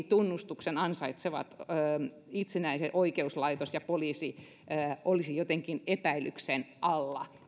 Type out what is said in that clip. tunnustuksen ansaitsevat itsenäiset oikeuslaitos ja poliisi ja heidän toimintansa olisivat jotenkin epäilyksen alla